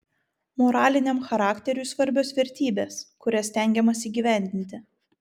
moraliniam charakteriui svarbios vertybės kurias stengiamasi įgyvendinti